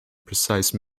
precise